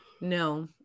no